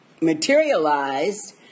materialized